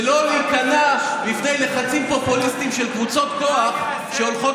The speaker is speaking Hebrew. ולא להיכנע בפני לחצים פופוליסטיים של קבוצות כוח שהולכות